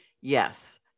Yes